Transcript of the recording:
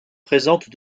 présente